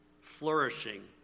flourishing